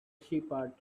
shepherd